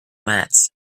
mats